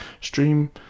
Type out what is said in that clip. stream